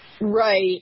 right